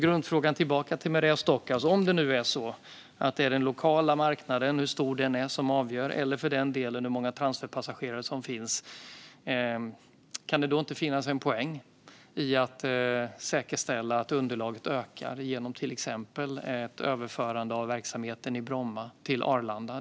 Grundfrågan tillbaka till Maria Stockhaus är alltså: Om det nu är den lokala marknaden och hur stor den är som avgör, eller för den delen hur många transferpassagerare som finns, kan det då inte finnas en poäng i att säkerställa att underlaget ökar genom till exempel ett överförande av verksamheten på Bromma till Arlanda?